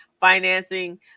financing